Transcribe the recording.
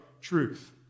truth